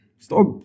stop